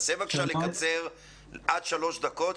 אבל תנסה לקצר לשלוש דקות,